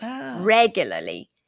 regularly